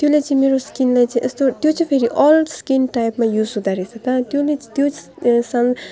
त्यसले चाहिँ मेरो स्किनलाई चाहिँ यस्तो त्यो चाहिँ फेरि अल स्किन टाइपमा युज हुँदो रहेछ त त्यो नि त्यो सन